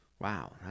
Wow